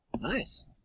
Nice